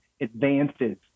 advances